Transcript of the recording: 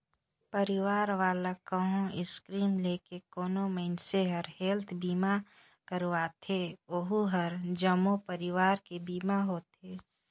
परवार वाला कहो स्कीम लेके कोनो मइनसे हर हेल्थ बीमा करवाथें ओ हर जम्मो परवार के बीमा होथे